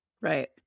Right